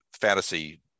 fantasy